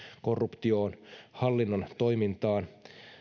korruptioon hallinnon toimintaan